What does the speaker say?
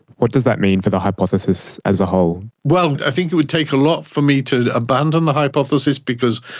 what does that mean for the hypothesis as a whole? well, i think it would take a lot for me to abandon the hypothesis because,